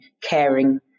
caring